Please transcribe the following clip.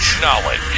Knowledge